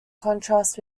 contrast